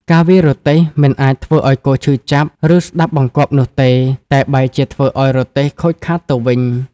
ការវាយរទេះមិនអាចធ្វើឲ្យគោឈឺចាប់ ឬស្តាប់បង្គាប់នោះទេ តែបែរជាធ្វើឲ្យរទេះខូចខាតទៅវិញ។